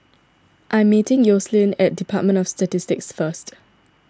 I am meeting Yoselin at Department of Statistics first